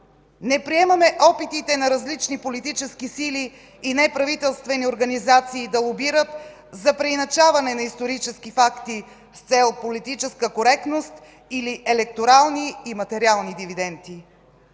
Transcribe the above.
Не приемаме опитите на различни политически сили и неправителствени организации да лобират за преиначаване на исторически факти с цел политическа коректност или електорални и материални дивиденти.